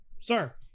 Sir